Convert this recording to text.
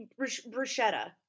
bruschetta